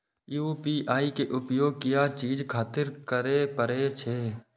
UPI के उपयोग किया चीज खातिर करें परे छे?